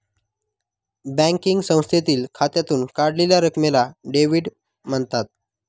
banking संस्थेतील खात्यातून काढलेल्या रकमेला डेव्हिड म्हणतात